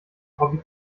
hobby